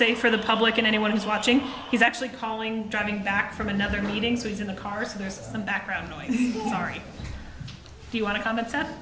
say for the public and anyone who's watching he's actually calling driving back from another meetings he's in the car so there's some background noise ari do you want to comment that